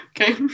Okay